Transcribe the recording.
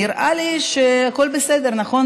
נראה לי שהכול בסדר, נכון?